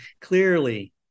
clearly